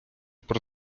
про